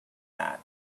that